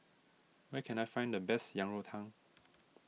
where can I find the best Yang Rou Tang